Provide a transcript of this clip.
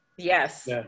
Yes